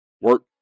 Work